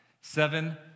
seven